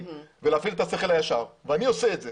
ולהפעיל את השכל הישר ואני עושה את זה.